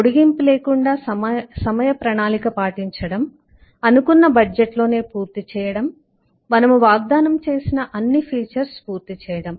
పొడిగింపు లేకుండా సమయ ప్రణాళిక పాటించడం అనుకున్న బడ్జెట్లోనే పూర్తిచేయడం మనము వాగ్దానం చేసిన అన్ని ఫీచర్స్ పూర్తిచేయడం